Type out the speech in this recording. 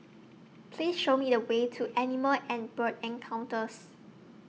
Please Show Me The Way to Animal and Bird Encounters